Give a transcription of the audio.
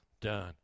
done